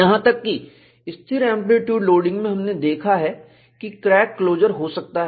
यहां तक की स्थिर एंप्लीट्यूड लोडिंग में हमने देखा है कि क्रैक क्लोजर हो सकता है